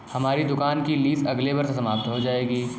हमारी दुकान की लीस अगले वर्ष समाप्त हो जाएगी